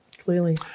Clearly